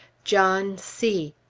john c.